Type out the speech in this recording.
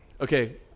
okay